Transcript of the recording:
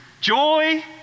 Joy